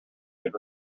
could